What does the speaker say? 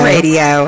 Radio